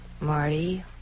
Marty